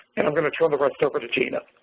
and i'm going to turn the rest over to gina.